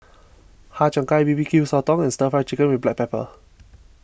Har Cheong Gai B B Q Sotong and Stir Fry Chicken with Black Pepper